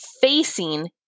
facing